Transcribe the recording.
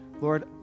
Lord